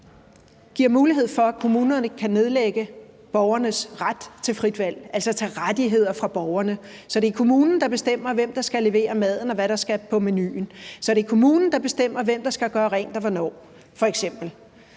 giver mulighed for, at kommunerne kan nedlægge borgernes ret til frit valg, altså tage rettigheder fra borgerne, så det er kommunen, der bestemmer, hvem der skal levere maden, og hvad der skal på menuen; så det er kommunen, der bestemmer, f.eks. hvem der skal gøre rent og hvornår? Jeg hører